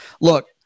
look